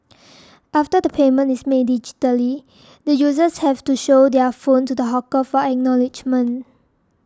after the payment is made digitally the users have to show their phone to the hawker for acknowledgement